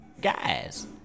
Guys